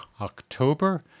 October